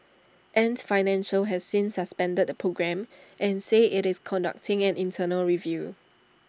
ants financial has since suspended the programme and says IT is conducting an internal review